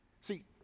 See